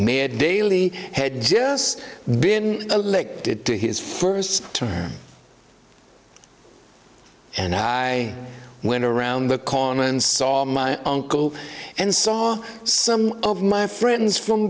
mayor daley had just been elected to his first term and i went around the corner and saw my uncle and saw some of my friends from